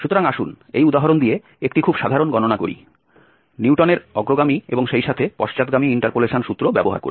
সুতরাং আসুন এই উদাহরণ দিয়ে একটি খুব সাধারণ গণনা শুরু করি নিউটনের অগ্রগামী এবং সেইসাথে পশ্চাৎগামী ইন্টারপোলেশন সূত্র ব্যবহার করে